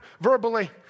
verbally